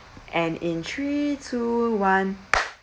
and in three two one